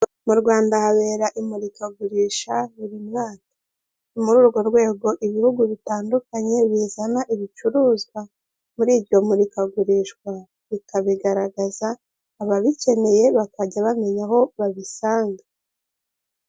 Mu rwanda habera imurikagurisha buri mwaka. Ni muri urwo rwego ibihugu bitandukanye bizana ibicuruzwa muri iryo murikagurisha bikabigaragaza, ababikeneye bakajya bamenya aho babisanga.